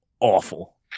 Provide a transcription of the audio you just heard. awful